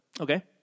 Okay